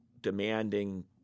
demanding